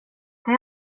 kan